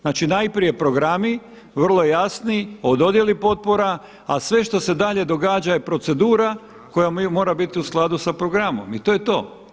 Znači najprije programi, vrlo jasni o dodjeli potpora, a sve što se dalje događa je procedura koja mora biti u skladu sa programom i to je to.